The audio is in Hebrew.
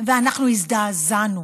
ואנחנו הזדעזענו.